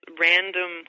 random